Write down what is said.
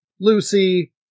Lucy